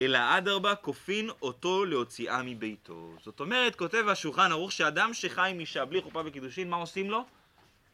אלא אדרבא, כופין אותו להוציאה מביתו. זאת אומרת, כותב השולחן ערוך שאדם שחי עם אשה, בלי חופה וקידושין, מה עושים לו?